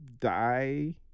die